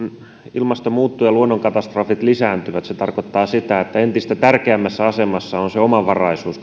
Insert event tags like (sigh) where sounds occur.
ilmasto muuttuu ja luonnon katastrofit lisääntyvät se tarkoittaa sitä että entistä tärkeämmässä asemassa on omavaraisuus (unintelligible)